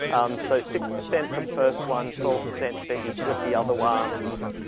um, so six percent for the first one, twelve percent for each of the other ones,